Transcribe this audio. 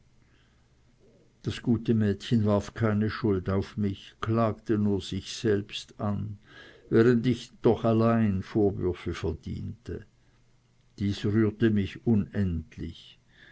das gute mädchen warf keine schuld auf mich klagte nur sich an während doch ich allein vorwürfe verdiente dieses rührte mich unendlich